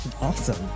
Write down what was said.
Awesome